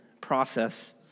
process